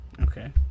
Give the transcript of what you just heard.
Okay